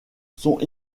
sont